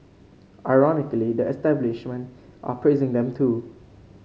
ironically the establishment are praising them too